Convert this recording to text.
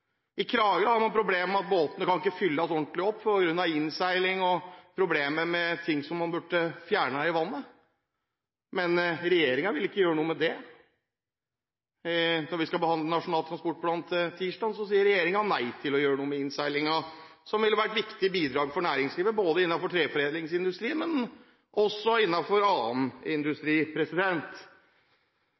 I Kragerø har man problemer med at båtene ikke kan ha full last på grunn av innseilingen og problemer med ting man burde ha fjernet i vannet. Regjeringen vil ikke gjøre noe med det. Når vi skal behandle Nasjonal transportplan på tirsdag, sier regjeringen nei til å gjøre noe med innseilingen, noe som ville ha vært et viktig bidrag til næringslivet, både innenfor treforedlingsindustrien og annen industri.